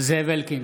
זאב אלקין,